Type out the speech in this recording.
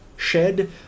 shed